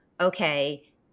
okay